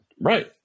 Right